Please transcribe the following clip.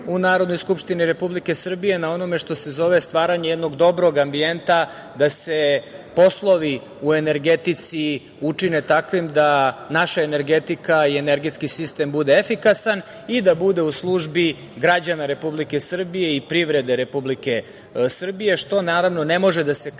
u Narodnoj skupštini Republike Srbije na onome što se zove stvaranje jednog dobrog ambijenta da se poslovi u energetici učine takvim da naša energetika i energetski sistem bude efikasan i da bude u službi građana Republike Srbije i privrede Republike Srbije, što, naravno, ne može da se kaže